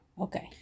Okay